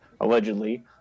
allegedly